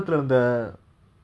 it's tough ah it it's